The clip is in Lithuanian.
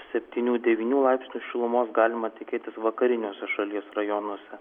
septynių devynių laipsnių šilumos galima tikėtis vakariniuose šalies rajonuose